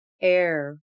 air